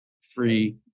free